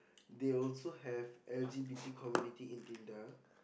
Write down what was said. they also have l_g_b_t community in Tinder